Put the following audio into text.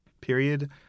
period